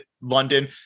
London